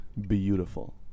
beautiful